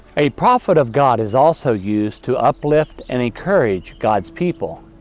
a prophet of god is also used to uplift and encourage god's people.